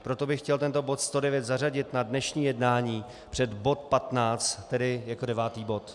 Proto bych chtěl tento bod 109 zařadit na dnešní jednání před bod 15, tedy jako 9. bod.